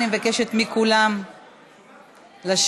אני מבקשת מכולם לשבת.